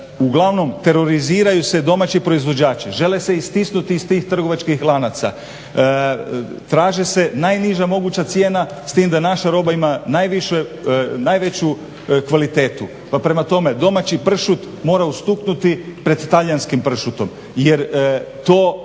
Uglavnom teroriziraju se domaći proizvođači, žele se istisnuti iz tih trgovačkih lanaca, traže se najniža moguća cijena s tim da naša roba ima najveću kvalitetu. Pa prema tome, domaći pršut mora ustuknuti pred talijanskim pršutom jer to